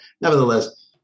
Nevertheless